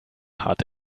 hat